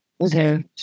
Okay